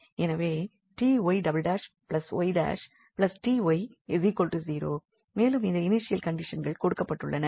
எனவே 𝑡𝑦′′ 𝑦′ 𝑡𝑦 0 மேலும் இந்த இனிஷியல் கண்டிஷன்கள் கொடுக்கப்பட்டுள்ளன